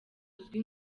uzwi